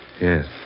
Yes